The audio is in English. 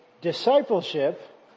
Discipleship